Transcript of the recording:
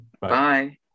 bye